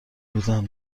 بودم